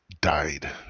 died